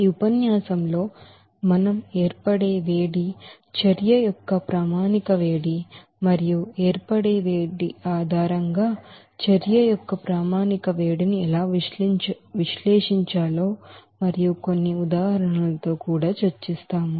ఈ ఉపన్యాసంలో మనం హీట్ అఫ్ ఫార్మషన్ చర్య యొక్క స్టాండర్డ్ హీట్ అఫ్ ఫార్మషన్ మరియు హీట్ అఫ్ ఫార్మషన్ ఆధారంగా చర్య యొక్క స్టాండర్డ్ హీట్ ని ఎలా విశ్లేషించాలో మరియు కొన్ని ఉదాహరణలతో కూడా చర్చిస్తాము